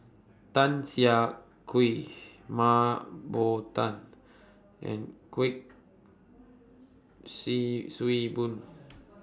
Tan Siah Kwee Mah Bow Tan and Kuik See Swee Boon